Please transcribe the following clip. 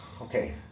Okay